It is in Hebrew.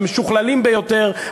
המשוכללים ביותר,